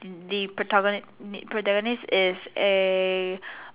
they protagoni~ the protagonist is a